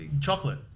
Chocolate